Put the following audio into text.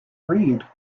reid